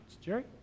Jerry